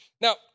Now